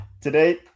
Today